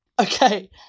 Okay